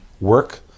work